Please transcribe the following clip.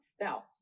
Now